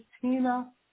Tina